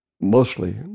mostly